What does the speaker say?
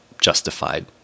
justified